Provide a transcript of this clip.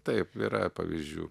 taip yra pavyzdžių